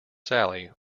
sally